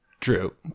true